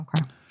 Okay